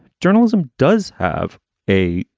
journalism does have a,